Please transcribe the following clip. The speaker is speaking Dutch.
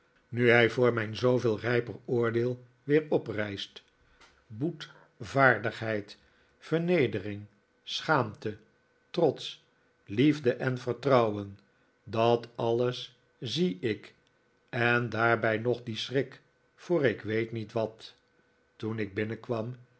nu hij voor mijn zooveel rijper oordeel weer oprijst boetvaardigheid vernedering schaamte trots liefde en vertrouwen dat alles zie ik en daarbij nog dien schrik voor ik weet niet wat toen ik binnenkwam